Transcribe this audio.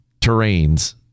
terrains